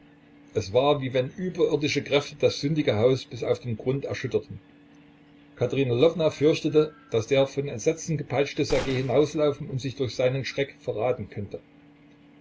es war wie wenn überirdische kräfte das sündige haus bis auf den grund erschütterten katerina lwowna fürchtete daß der von entsetzen gepeitschte ssergej hinauslaufen und sich durch seinen schreck verraten könnte